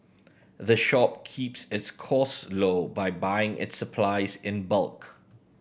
the shop keeps its costs low by buying its supplies in bulk